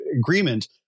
agreement